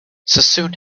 sassoon